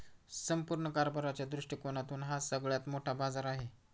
संपूर्ण कारभाराच्या दृष्टिकोनातून हा सगळ्यात मोठा बाजार आहे